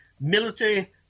military